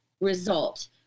result